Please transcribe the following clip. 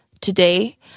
Today